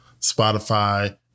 Spotify